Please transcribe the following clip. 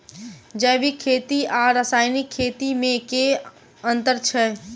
जैविक खेती आ रासायनिक खेती मे केँ अंतर छै?